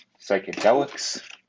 psychedelics